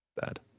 bad